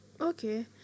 okay